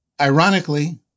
Ironically